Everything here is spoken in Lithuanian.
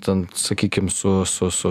ten sakykim su su su